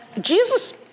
Jesus